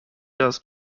does